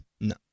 No